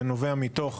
זה נובע מתוך